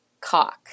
Cock